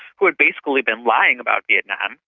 who had basically been lying about vietnam,